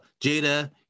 Jada